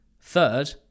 third